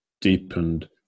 deepened